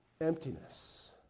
emptiness